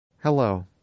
Hello